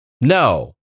No